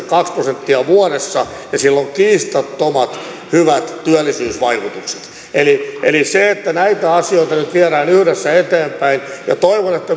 kaksi prosenttia vuodessa ja sillä on kiistattomat hyvät työllisyysvaikutukset eli eli näitä asioita nyt viedään yhdessä eteenpäin ja toivon että